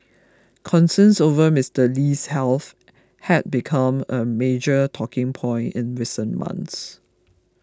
concerns over Mister Lee's health had become a major talking point in recent months